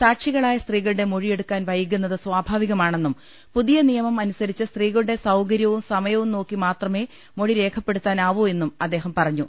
സാക്ഷികളായ സ്ത്രീകളുടെ മൊഴിയെടുക്കാൻ വൈകുന്നത് സ്വാഭാവികമാണെന്നും പുതിയ നിയമം അനുസരിച്ച് സ്ത്രീകളുടെ സൌകര്യവും സമയവും നോക്കി മാത്രമേ മൊഴി രേഖപ്പെടുത്താനാവൂ എന്നും അദ്ദേഹം പറഞ്ഞു